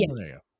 yes